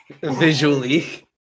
Visually